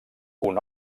una